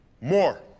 more